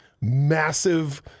massive